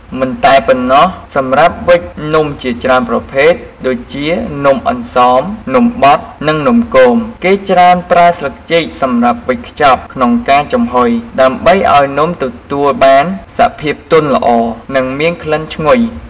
មិនតែប៉ុណ្ណោះ សម្រាប់វេចនំជាច្រើនប្រភេទ ដូចជា នំអន្សម នំបត់ និងនំគម គេច្រើនប្រើស្លឹកចេកសម្រាប់វេចខ្ចប់ក្នុងការចំហុយ ដើម្បីឱ្យនំទទួលបានសភាពទន់ល្អ និងមានក្លិនឈ្ងុយ។